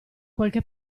qualche